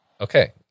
Okay